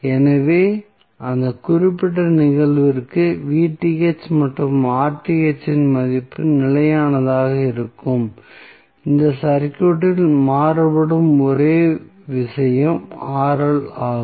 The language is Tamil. எனவே அந்த குறிப்பிட்ட நிகழ்விற்கு மற்றும் இன் மதிப்பு நிலையானதாக இருக்கும் இந்த சர்க்யூட்டில் மாறுபடும் ஒரே விஷயம் ஆகும்